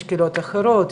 יש קהילות אחרות,